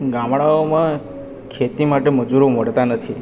ગામડાઓમાં ખેતી માટે મજૂરો મળતાં નથી